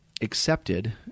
accepted